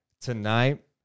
Tonight